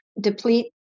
deplete